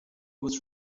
was